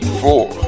four